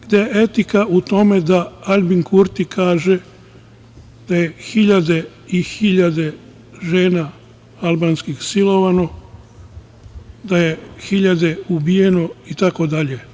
Gde je etika u tome da Aljbin Kurti kaže da je hiljade i hiljade žena albanskih silovano, da je hiljade ubijeno, itd?